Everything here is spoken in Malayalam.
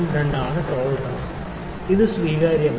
02 ആണ് ടോളറൻസ് ഇത് സ്വീകാര്യമാണ്